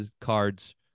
cards